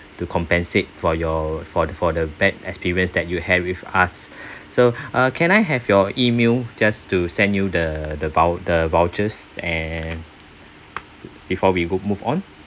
to compensate for your for the for the bad experience that you have with us so uh can I have your email just to send you the the vou~ the vouchers and before we go move on